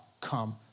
come